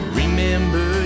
remember